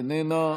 איננה,